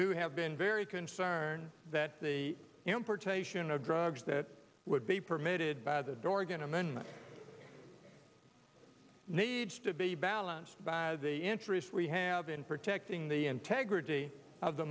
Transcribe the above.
who have been very concerned that the importation of drugs that would be permitted by the dorgan amendment needs to be balanced by the interests we have in protecting the integrity of the